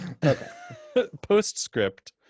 Postscript